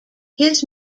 his